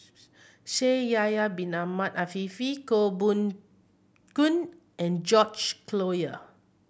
Shaikh Yahya Bin Ahmed Afifi Koh Poh Koon and George Collyer